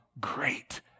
great